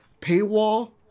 paywall